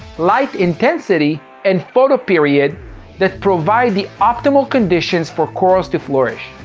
light intensity, and photoperiod that provide the optimal conditions for corals to flourish.